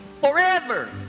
forever